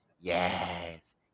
Yes